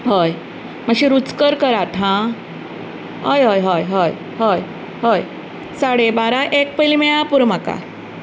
हय मातशें रुचकर करात हां हय हय हय हय हय हय साडे बारा एक पयली मेळ्ळ्यार पुरो म्हाका